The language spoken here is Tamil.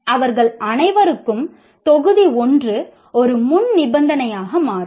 அவர்கள் அனைவருக்கும் தொகுதி ஒன்று ஒரு முன்நிபந்தனையாக மாறும்